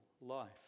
life